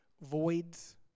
voids